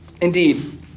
Indeed